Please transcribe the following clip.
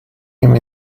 him